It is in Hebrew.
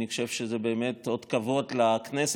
אני חושב שזה באמת אות כבוד לכנסת,